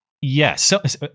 Yes